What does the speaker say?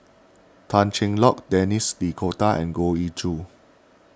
Tan Cheng Lock Denis D'Cotta and Goh Ee Choo